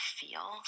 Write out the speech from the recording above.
feel